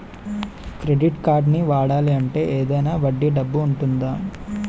Credit కార్డ్ని వాడాలి అంటే ఏదైనా వడ్డీ డబ్బు ఉంటుందా?